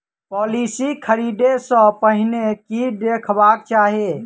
Policy खरीदै सँ पहिने की देखबाक चाहि?